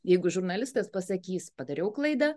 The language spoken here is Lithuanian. jeigu žurnalistas pasakys padariau klaidą